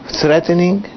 threatening